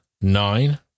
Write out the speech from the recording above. nine